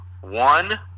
one